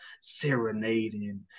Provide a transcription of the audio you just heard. serenading